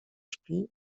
śpi